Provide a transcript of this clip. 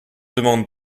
demande